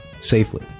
safely